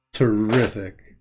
Terrific